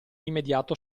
immediato